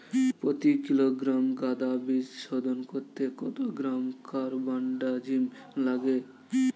প্রতি কিলোগ্রাম গাঁদা বীজ শোধন করতে কত গ্রাম কারবানডাজিম লাগে?